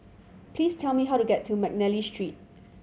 please tell me how to get to McNally Street